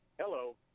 Hello